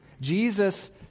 Jesus